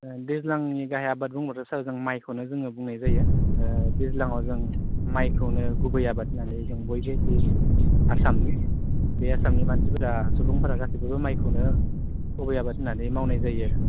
ओह दैज्लांनि गाहाइ आबाद बुंब्लाथ' सार जों माइखौनो जोङो बुंनाय जायो ओह दैज्लाङाव जों माइखौनो गुबै आबाद होन्नानै जों बायबो बे आसामनि बे आसामनि मानसिफ्रा सुबुंफोरा गासिबो माइखौनो गुबै आबाद होन्नानै मावनाय जायो आरो